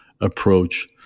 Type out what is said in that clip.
approach